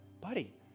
buddy